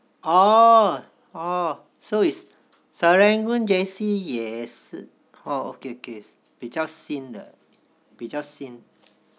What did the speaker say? orh orh so is serangoon J_C 也是 orh okay okay 比较新的比较新